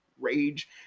rage